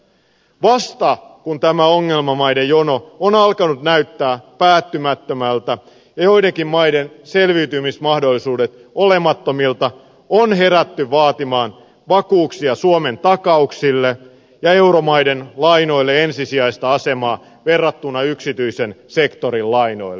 vasta kun tämä ongelmamaiden jono on alkanut näyttää päättymättömältä ja joidenkin maiden selviytymismahdollisuudet olemattomilta on herätty vaatimaan vakuuksia suomen takauksille ja euromaiden lainoille ensisijaista asemaa verrattuna yksityisen sektorin lainoille